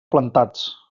plantats